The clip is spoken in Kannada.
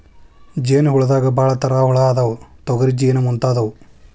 ಜೇನ ಹುಳದಾಗ ಭಾಳ ತರಾ ಹುಳಾ ಅದಾವ, ತೊಗರಿ ಜೇನ ಮುಂತಾದವು